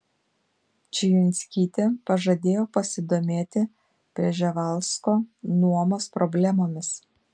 čijunskytė pažadėjo pasidomėti prževalsko nuomos problemomis